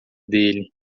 dele